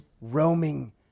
roaming